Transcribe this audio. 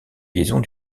liaisons